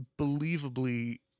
unbelievably